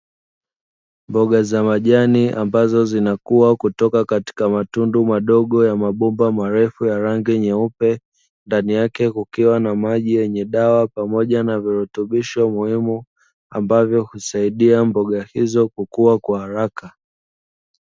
Mboga za majani ambazo zinakua, kutoka katika matundu madogo ya mabomba marefu ya rangi nyeupe, ndani yake kukiwa na maji yenye dawa pamoja na virutubisho muhimu ambavyo husaidia mboga hizo kukua kwa haraka.